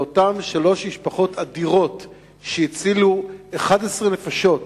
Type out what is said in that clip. לאותן שלוש משפחות אדירות שהצילו 11 נפשות,